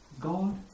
God